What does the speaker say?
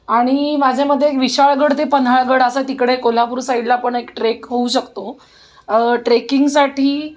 आणि माझ्या मते विशाळगड ते पन्हाळगड असं तिकडे कोल्हापूर साईडला पण एक ट्रेक होऊ शकतो ट्रेकिंगसाठी